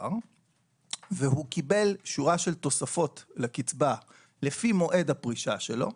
המעבר והוא קיבל שורה של תוספות לקצבה לפי מועד הפרישה שלו,